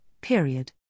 period